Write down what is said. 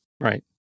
Right